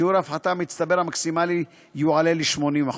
שיעור ההפחתה המצטבר המקסימלי יועלה ל-80%.